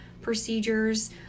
procedures